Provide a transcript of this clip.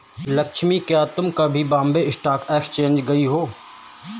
लक्ष्मी, क्या तुम कभी बॉम्बे स्टॉक एक्सचेंज गई हो?